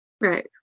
Right